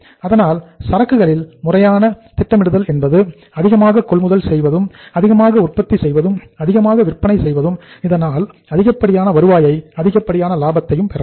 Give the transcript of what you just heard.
அதனால் சரக்குகளில் முறையான திட்டமிடுதல் என்பது அதிகமாக கொள்முதல் செய்வதும் அதிகமாக உற்பத்தி செய்வதும் அதிகமாக விற்பனை செய்வதும் இதனால் அதிகப்படியான வருவாயையும் அதிகப்படியான லாபத்தையும் பெறலாம்